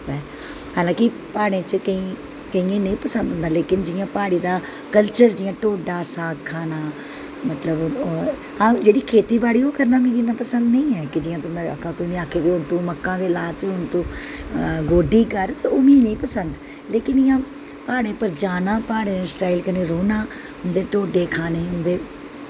हालां कि प्हाड़ें च केईं केंइयें गी नेईं पसंद होंदा जि'यां प्हाड़ें दा कल्चर जि'यां ढोडा साग खाना मतलब हां जे्हड़ी खेती बाड़ी करना मिगी इन्ना पसंद नेईं ऐ कि जि'यां आक्खां कि तूं मक्कां गै ला हून तूं गोड्डी कर ओह् मीं निं पसंद लेकिन इ'यां प्हाड़े पर जाना प्हाड़ी स्टाईल कन्नै रौह्ना उं'दे ढोडे खाने